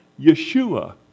Yeshua